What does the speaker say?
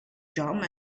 jump